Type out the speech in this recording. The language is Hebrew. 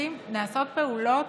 נעשות פעולות